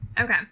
Okay